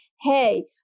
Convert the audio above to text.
hey